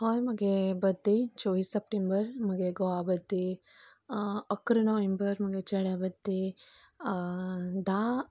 होय मगे बड्डे चोवीस सप्टेंबर म्हगे घोवा बड्डे अकरा नोव्हेंबर म्हगे चेड्या बड्डे धा